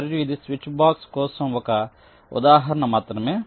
మరియు ఇది switch box కోసం ఒక ఉదాహరణ మాత్రమే